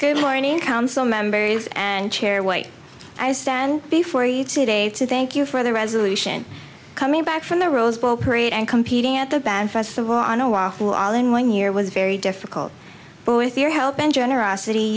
good morning council members and chair wait i stand before you today to thank you for the resolution coming back from the rose bowl parade and competing at the band festival on a waffle all in one year was very difficult but with your help and generosity